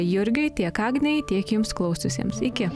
jurgiui tiek agnei tiek jums klausiusiems iki